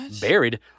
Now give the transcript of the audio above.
buried